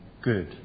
good